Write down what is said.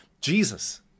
Jesus